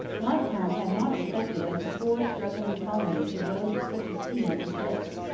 montcalm had not expected that the poor struggling colony could boast such a scene as this.